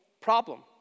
problem